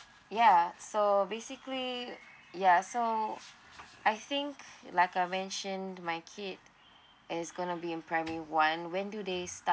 ya so basically ya so I think like I mentioned my kid is gonna be in primary one when do they start